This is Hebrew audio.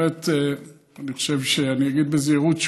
אני אגיד בזהירות,